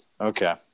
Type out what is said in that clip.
Okay